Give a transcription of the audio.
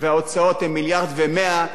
וההוצאות הן מיליארד ו-100,